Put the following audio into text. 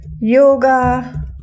yoga